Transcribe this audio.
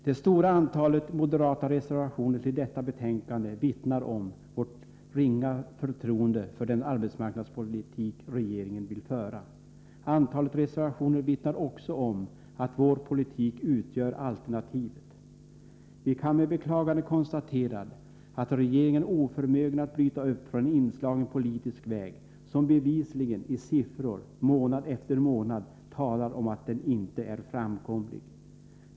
Det stora antalet moderata reservationer till detta betänkande vittnar om vårt ringa förtroende för den arbetsmarknadspolitik regeringen vill föra. Antalet reservationer vittnar också om att vår politik utgör alternativet. Vi kan med beklagande konstatera att regeringen är oförmögen att avvika från en inslagen politisk väg som bevisligen i siffror månad efter månad visar sig inte framkomlig.